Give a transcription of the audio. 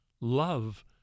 love